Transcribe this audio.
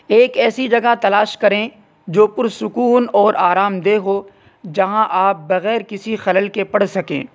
ایک ایسی جگہ تلاش کریں جو پر سکون اور آرام دہ ہو جہاں آپ بغیر کسی خلل کے پڑھ سکیں